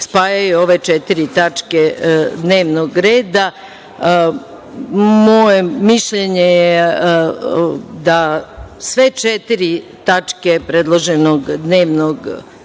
spajaju ove četiri tačke dnevnog reda, moje mišljenje je da sve četiri tačke predloženog dnevnog reda